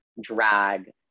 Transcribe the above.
drag